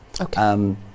Okay